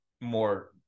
more